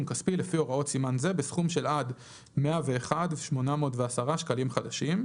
כספי לפי הוראות סימן זה בסכום של עד 101,810 שקלים חדשים.